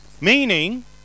Meaning